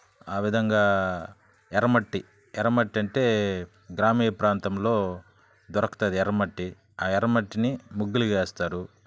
ఆ విధంగా ఎర్రమట్టి ఎరమట్టి అంటే గ్రామీణ ప్రాంతంలో దొరుకుతుంది ఎర్రమట్టి ఆ ఎర్రమట్టిని ముగ్గులుగా వేస్తారు